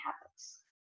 habits